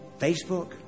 Facebook